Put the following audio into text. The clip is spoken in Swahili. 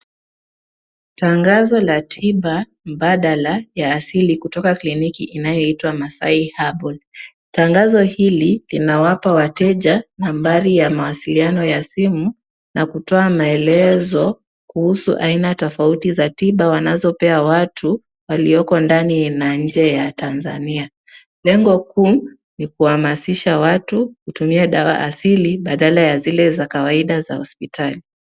Tangazo la tiba, mbadala ya asili kutoka kwa kliniki inayoitwa Masai herbal .Tangazo hili, linawapa wateja nambari ya mawasiliano ya simu na kutoa maelezo kuhusu aina tofauti za tiba wanazopea watu ,walioko ndani na nje ya Tanzania. Lengo kuu ni kuhamasisha watu , kutumia dawa asili badala ya zile za kawaida za hosipitali.